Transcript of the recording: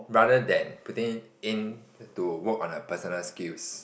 rather than putting in to work on her personal skills